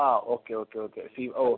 ആ okay okay okay see ഓ